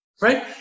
Right